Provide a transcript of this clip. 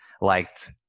liked